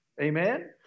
Amen